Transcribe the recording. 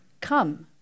Come